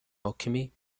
alchemy